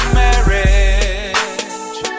marriage